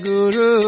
Guru